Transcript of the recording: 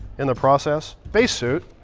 in the process. space suit,